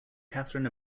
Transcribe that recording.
catherine